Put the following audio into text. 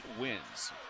wins